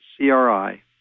CRI